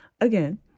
again